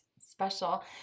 special